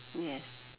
yes